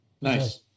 Nice